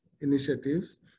initiatives